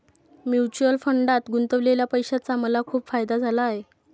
mutual फंडात गुंतवलेल्या पैशाचा मला खूप फायदा झाला आहे